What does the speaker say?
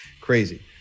Crazy